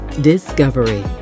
discovery